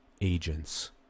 agents